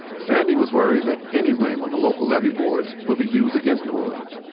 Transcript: sandy was worried that any blame on the local levee boards would be used against new orleans.